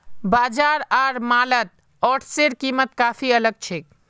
बाजार आर मॉलत ओट्सेर कीमत काफी अलग छेक